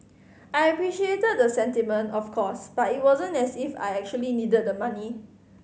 I appreciated the sentiment of course but it wasn't as if I actually needed the money